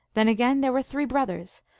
then again there were three brothers,